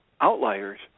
Outliers